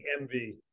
envy